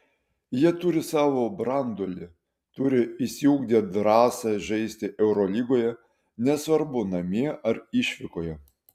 jie turi savo branduolį turi išsiugdę drąsą žaisti eurolygoje nesvarbu namie ar išvykoje